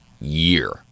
year